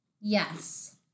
Yes